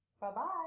Bye-bye